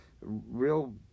real